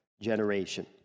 generation